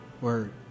word